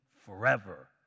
forever